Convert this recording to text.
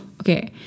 okay